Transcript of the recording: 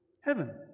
Heaven